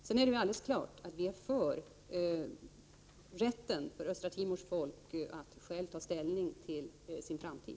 Det är alldeles klart att vi är för rätten för östra Timors folk att självt ta ställning till sin framtid.